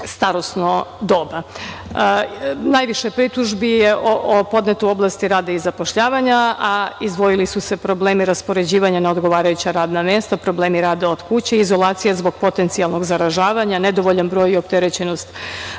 starosno doba. Najviše pritužbi je podneto u oblasti rada i zapošljavanja, a izdvojili su se problemi raspoređivanja na odgovarajuća radna mesta, problemi rada od kuće, izolacija zbog potencijalnom zaražavanja, nedovoljan broj i opterećenost